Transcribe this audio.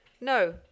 No